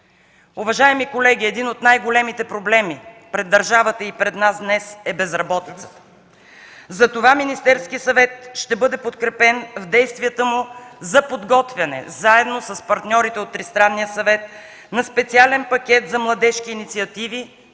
Уважаеми колеги, един от най-големите проблеми пред държавата и пред нас днес е безработицата. Затова Министерският съвет ще бъде подкрепен в действията му за подготвяне, заедно с партньорите от Тристранния съвет, на специален пакет за младежки инициативи